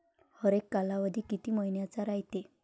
हरेक कालावधी किती मइन्याचा रायते?